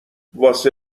واسه